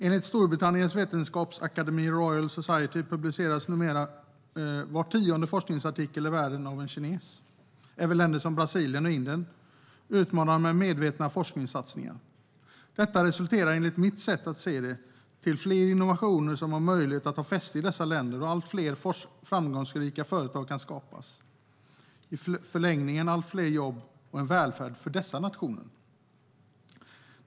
Enligt Storbritanniens vetenskapsakademi Royal Society publiceras numera var tionde forskningsartikel i världen av en kines. Även länder som Brasilien och Indien utmanar med medvetna forskningssatsningar. Detta resulterar enligt mitt sätt att se det i fler innovationer som har möjlighet att få fäste i dessa länder och i att allt fler framgångsrika företag skapas, vilket i förlängningen innebär allt fler jobb och en välfärd för dessa nationer.